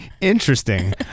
Interesting